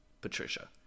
Patricia